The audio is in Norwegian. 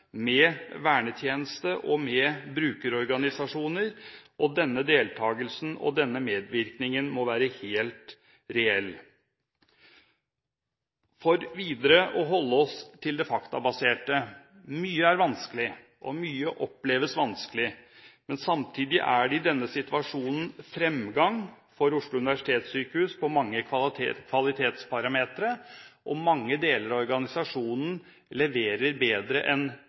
med tillitsvalgte, vernetjeneste og brukerorganisasjoner, og denne deltakelsen og denne medvirkningen må være helt reell. For videre å holde oss til det faktabaserte: Mye er vanskelig, og mye oppleves som vanskelig, men samtidig er det i denne situasjonen fremgang for Oslo universitetssykehus på mange kvalitetsparametre, og mange deler av organisasjonen leverer bedre enn